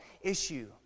issue